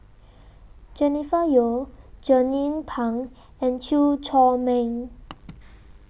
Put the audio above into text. Jennifer Yeo Jernnine Pang and Chew Chor Meng